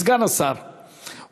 אני רואה אותך שליח בעניין הזה,